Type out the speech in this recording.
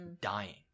dying